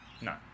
No